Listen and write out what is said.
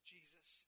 Jesus